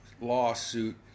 lawsuit